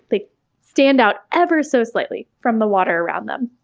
they stand out ever so slightly from the water around them.